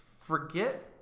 forget